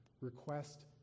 request